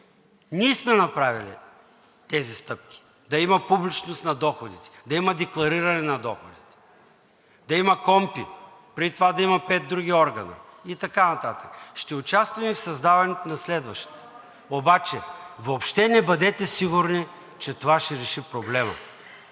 Ние сме направили тези стъпки – да има публичност на доходите, да има деклариране на доходите, да има КПКОНПИ, преди това да има пет други органа и така нататък. Ще участваме в създаването и на следващите, обаче въобще не бъдете сигурни, че това ще реши проблема.